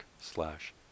slash